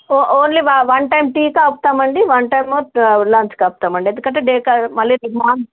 ఓ only one time టీకి ఆపుతామండి one time లంచ్కు ఆపుతామండి ఎందుకంటే డే క మళ్ళీ మార్